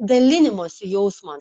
dalinimosi jausmo